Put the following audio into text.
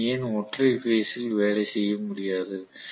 நாம் ஏன் ஒற்றை பேஸ் ல் வேலை செய்ய முடியாது